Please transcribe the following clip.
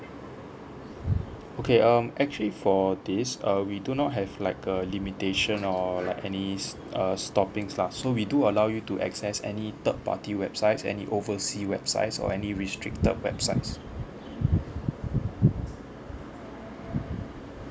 okay um actually for this uh we do not have like a limitation or like any s~ err stoppings lah so we do allow you to access any third party websites any oversea websites or any restricted websites